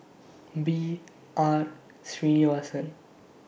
B R Sreenivasan